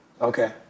Okay